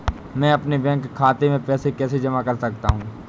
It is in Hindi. मैं अपने बैंक खाते में पैसे कैसे जमा कर सकता हूँ?